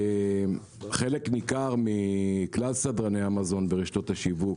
חלק ניכר מכלל סדרני המזון ברשתות השיווק